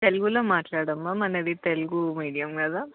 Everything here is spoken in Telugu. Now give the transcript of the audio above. తెలుగులో మాట్లాడమ్మ మనది తెలుగు మీడియం కదా